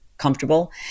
comfortable